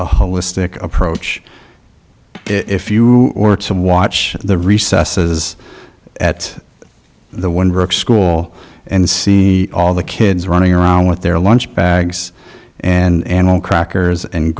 a holistic approach if you or some watch the recesses at the one school and see all the kids running around with their lunch bags and all crackers and